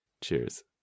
Cheers